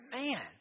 man